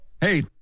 Hey